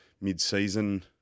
mid-season